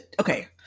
okay